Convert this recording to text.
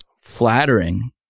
flattering